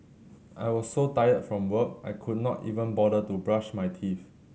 I was so tired from work I could not even bother to brush my teeth